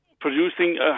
producing